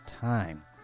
time